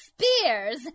spears